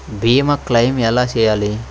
భీమ క్లెయిం ఎలా చేయాలి?